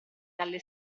dalle